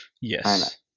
Yes